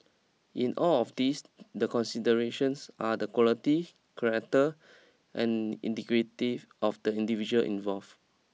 in all of these the considerations are the quality character and integrity of the individuals involve